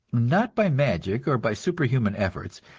not by magic or by superhuman efforts,